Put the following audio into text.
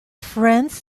friends